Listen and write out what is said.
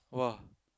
!wah!